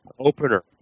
Opener